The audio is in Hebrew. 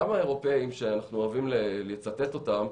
גם האירופאים שאנחנו אוהבים לצטט אותם,